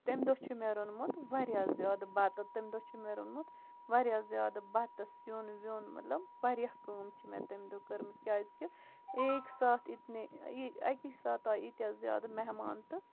تَمہِ دۄہ چھُ مےٚ روٚنمُت واریاہ زیادٕ بَتہٕ تَمہِ دۄہ روٚنمُت واریاہ زیادٕ بَتہٕ سیُن ویُن مطلب واریاہ کٲم چھےٚ مےٚ تَمہِ دۄہ کٔرمٕژ کیازِ کہِ ایک ساتھ اِتنے اَکی ساتھ آیے یوٗتاہ زیادٕ مہمان تہٕ